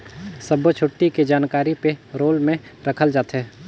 सब्बो छुट्टी के जानकारी पे रोल में रखल जाथे